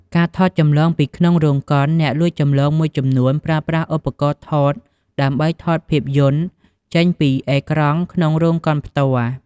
ការថតចម្លងពីក្នុងរោងកុន អ្នកលួចចម្លងមួយចំនួនប្រើប្រាស់ឧបករណ៍ថតដើម្បីថតភាពយន្តចេញពីអេក្រង់ក្នុងរោងកុនផ្ទាល់។